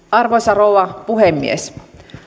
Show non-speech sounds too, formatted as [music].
[unintelligible] arvoisa rouva puhemies